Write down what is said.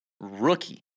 rookie